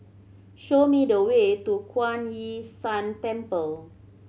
show me the way to Kuan Yin San Temple